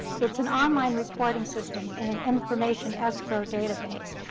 it's an online reporting system in an information escrow database.